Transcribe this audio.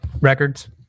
records